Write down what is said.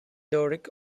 doric